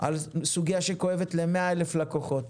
על סוגיה שכואבת ל-100 אלף לקוחות.